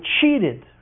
cheated